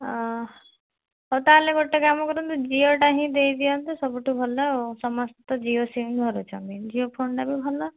ଓ ହଉ ତା'ହେଲେ ଗୋଟେ କାମ କରନ୍ତୁ ଜିଓଟା ହିଁ ଦେଇଦିଅନ୍ତୁ ସବୁଠୁ ଭଲ ସମସ୍ତ ଜିଓ ସିମ୍ ଧରୁଛନ୍ତି ଜିଓ ଫୋନ୍ଟା ବି ଭଲ